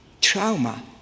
trauma